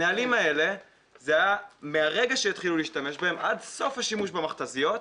הנהלים האלה זה היה מהרגע שהתחילו להשתמש בהן עד סוף השימוש במכת"זיות,